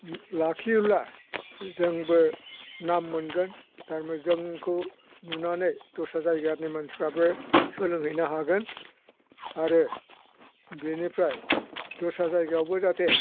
लाखियोब्ला जोंबो नाम मोनगोन दा जोंखौ नुनानै दस्रा जायगानि मानसिफ्राबो सोलोंहैनो हागोन आरो बेनिफ्राय दस्रा जायगायावबो जाहाथे